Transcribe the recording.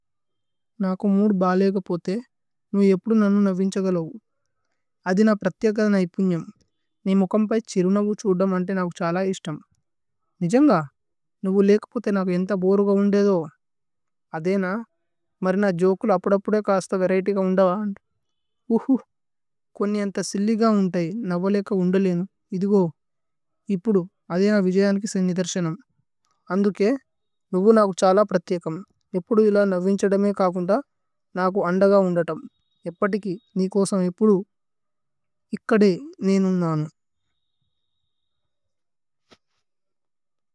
നാകുമുര് ബാലേഗ പോതേ നുയ് ഏപ്പുദു നന്നു। നവിന്ജഗ ലോഗു അധി ന പ്രഥിയഗ ന। ഇപുന്ജുമ്। നി മുകമ് പയേ ഛിരുനബു ഛുദ്ദമ്। അന്തേ നകു ഛല ഇസ്സ്തമ് നിജന്ഗ നുഗു ലേക। പോതേ നക ഏന്ഥ ബോരുഗ ഉന്ദേ ധോ അധേ ന। മര്ന ജോകുല് അപ്ദ അപ്ദ കാസ്ഥ കരതേഇക। ഉന്ദേ ധോ ഉഹു കോന്നി അന്ഥ സില്ലിഗ ഉന്ദേ ധി। നവ ലേക ഉന്ദേ ലേനേ ഇധിഗോ ഇപുദു അധേ ന। വിജയന് കേ സനിദര്ശനമ് അന്ഥു കേ നുഗു। നകു ഛല പ്രഥിയകമ് ഇപുദു ഇല നവിന്ഛദമ്। ഏക് ആകുന്ത നാകു അന്ധഗ ഉന്ദേ ധമ്। ഏപ്പതികി നി കോസമ് ഏപ്പുദു ഇക്കദേ നേനേ നന്നു।